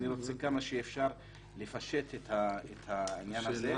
אני רוצה כמה שאפשר לפשט את העניין הזה.